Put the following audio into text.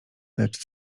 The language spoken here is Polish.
lecz